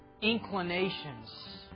inclinations